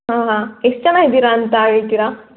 ಹಾಂ ಎಷ್ಟು ಜನ ಇದ್ದೀರ ಅಂತ ಹೇಳ್ತೀರಾ